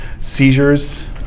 Seizures